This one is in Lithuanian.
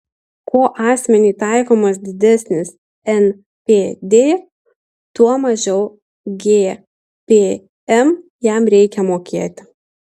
kuo asmeniui taikomas didesnis npd tuo mažiau gpm jam reikia mokėti